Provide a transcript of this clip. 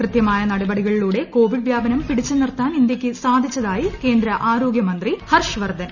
കൃതൃമായ നടപടികളിലൂടെ കോവിഡ് വ്യാപനം പിടിച്ചു നിർത്താൻ ഇന്ത്യയ്ക്ക് സാധിച്ചതായി കേന്ദ്ര ആരോഗൃ മന്ത്രി ഹർഷ് വർദ്ധൻ